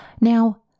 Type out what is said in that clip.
Now